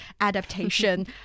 adaptation